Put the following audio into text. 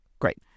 Great